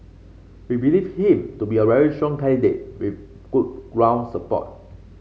we believe him to be a very strong candidate with good ground support